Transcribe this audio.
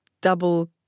double